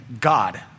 God